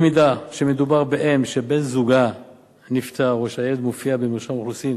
אם מדובר באם שבן-זוגה נפטר או שהילד מופיע במרשם האוכלוסין